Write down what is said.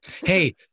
Hey